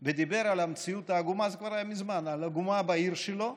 עירייה ודיבר על המציאות העגומה בעיר שלו,